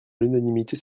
l’unanimité